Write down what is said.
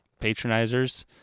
patronizers